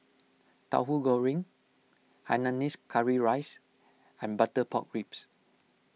Tahu Goreng Hainanese Curry Rice and Butter Pork Ribs